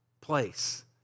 place